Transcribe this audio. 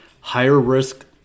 higher-risk